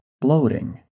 bloating